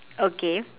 okay